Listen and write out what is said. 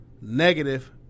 negative